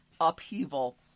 upheaval